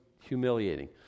humiliating